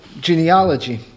genealogy